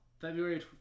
February